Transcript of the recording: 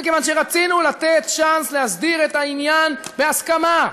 מכיוון שרצינו לתת צ'אנס להסדיר את העניין בהסכמה.